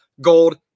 Gold